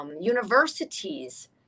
universities